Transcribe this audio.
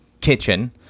kitchen